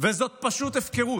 וזאת פשוט הפקרות,